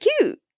cute